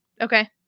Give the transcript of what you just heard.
okay